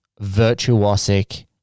virtuosic